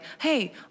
hey